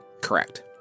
Correct